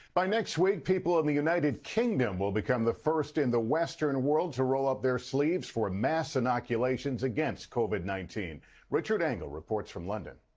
by next week people in the united kingdom will become the first in the western world to roll up the sleeves for mass inoculations against covid nineteen richard engel reports from london.